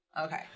Okay